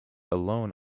alone